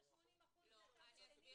שלא תהיה